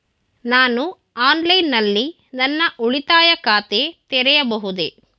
ನಾನು ಆನ್ಲೈನ್ ನಲ್ಲಿ ನನ್ನ ಉಳಿತಾಯ ಖಾತೆ ತೆರೆಯಬಹುದೇ?